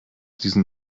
diesen